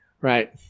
Right